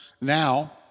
now